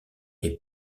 les